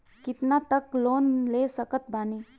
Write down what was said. कितना तक लोन ले सकत बानी?